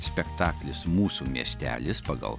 spektaklis mūsų miestelis pagal